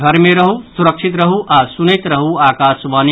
घर मे रहू सुरक्षित रहू आ सुनैत रहू आकाशवाणी